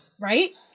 Right